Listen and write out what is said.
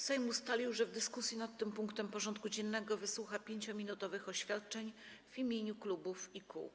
Sejm ustalił, że w dyskusji nad tym punktem porządku dziennego wysłucha 5-minutowych oświadczeń w imieniu klubów i kół.